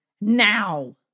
Now